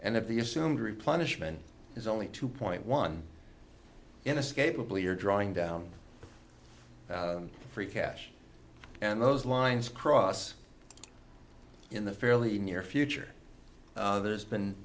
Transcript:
and if the assumed replenish mn is only two point one inescapable you're drawing down free cash and those lines cross in the fairly near future there's been